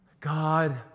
God